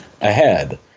ahead